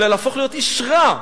אלא להפוך להיות איש רע.